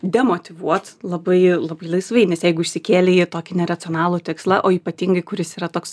demotyvuot labai labai laisvai nes jeigu išsikėlei tokį neracionalų tikslą o ypatingai kuris yra toks